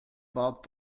bob